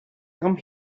come